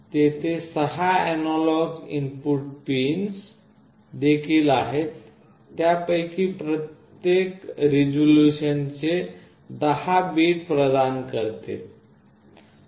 तेथे 6 analogue input pin देखील आहेत त्यापैकी प्रत्येक रिझोल्यूशनचे 10 बिट प्रदान करते